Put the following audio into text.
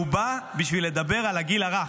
הוא בא בשביל לדבר על הגיל הרך,